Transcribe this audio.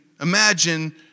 imagine